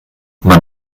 man